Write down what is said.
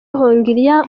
hongiriya